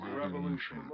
revolution